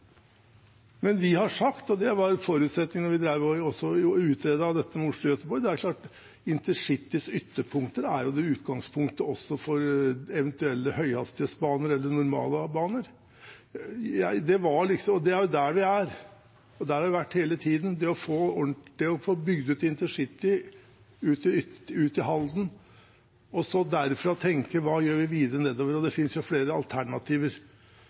Men vi har sagt, og det var også forutsetningen da vi drev og utredet dette med Oslo–Göteborg, at intercitys ytterpunkter også er utgangspunktet for eventuelle høyhastighetsbaner eller normale baner. Og det er der vi er – og har vært hele tiden – det å få bygd ut intercity til Halden og så derfra tenke ut hva vi gjør videre nedover. Og det finnes jo flere alternativer.